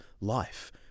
life